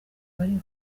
bariho